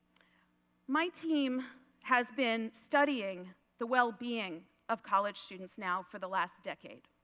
my team has been studying the well being of college students now for the last decade.